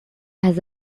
has